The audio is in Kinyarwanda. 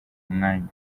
mwanya